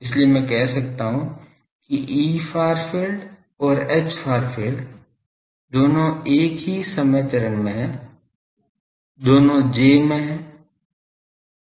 इसलिए मैं कह सकता हूं कि Efar field और Hfar field दोनों एक ही समय चरण में हैं दोनों j में हैं